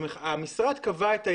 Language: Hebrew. המשרד קבע את היעד,